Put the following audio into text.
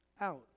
out